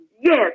Yes